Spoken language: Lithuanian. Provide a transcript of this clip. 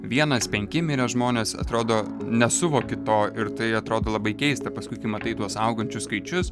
vienas penki mirę žmonės atrodo nesuvoki to ir tai atrodo labai keista paskui kai matai tuos augančius skaičius